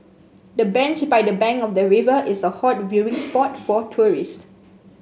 the bench by the bank of the river is a hot viewing spot for tourist